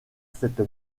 cette